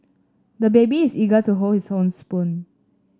the baby is eager to hold his own spoon